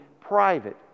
private